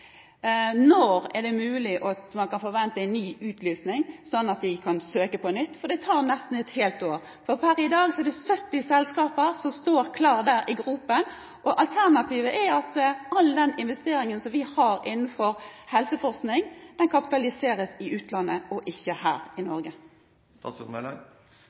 at det er det. Per i dag er det 70 selskaper som står klare i startgropen, og alternativet er at all den investeringen som vi har innenfor helseforskning, kapitaliseres i utlandet og ikke her i